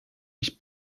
ich